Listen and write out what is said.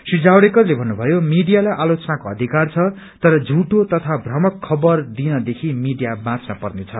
श्री जावडेकरले भन्नुभयो मीडियालाई आलोचनाको अधिकार छ तर झूठो तथा भ्रमक खबर दिनदेखि मीडिया बाँच्न पर्नेछ